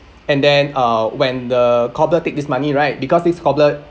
and then uh when the cobbler take this money right because this cobbler